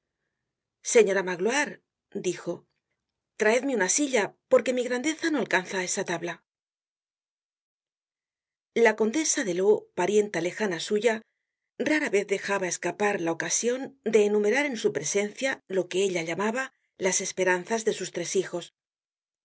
señora magloire dijo traedmeuna silla porque mi grandeza no alcanza á esa tabla la condesa de ló parienta lejana suya rara vez dejaba escapar la ocasion de enumerar en su presencia lo que ella llamaba las esperanzas de sus tres hijos